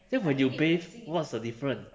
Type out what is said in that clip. then when you bathe what's the difference